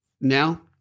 now